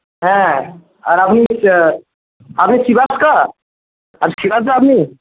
হ্যাঁ আর আপনি আপনি শ্রীবাসদা আপনি শ্রীবাসদা আপনি